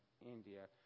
India